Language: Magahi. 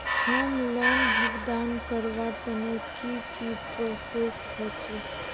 होम लोन भुगतान करवार तने की की प्रोसेस होचे?